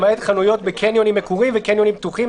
למעט חנויות בקניונים מקורים וקניונים פתוחים,